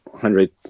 hundred